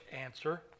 answer